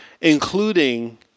including